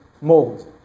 mold